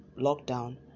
lockdown